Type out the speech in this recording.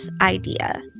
idea